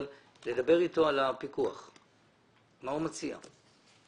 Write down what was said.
דבר אתו על הפיקוח ותראה מה הוא מציע.